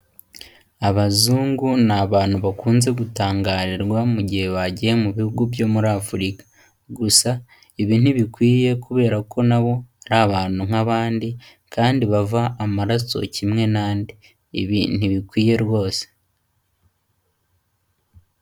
Abazungu ni abantu bakunze gutangarirwa mu gihe bagiye mu bihugu byo muri Afurika gusa ibi ntibikwiye kubera ko nabo ari abantu nk'abandi kandi bava amaraso kimwe n'andi, ibi ntibikwiye rwose.